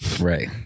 Right